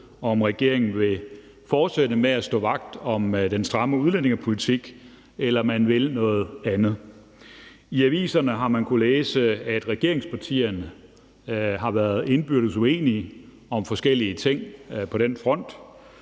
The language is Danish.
om regeringen vil fortsætte med at stå vagt om den stramme udlændingepolitik, eller om man vil noget andet. I aviserne har man kunnet læse, at regeringspartierne har været indbyrdes uenige om forskellige ting på den front.